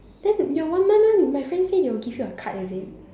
then your one month one my friend say they will give you a card is it